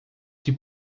que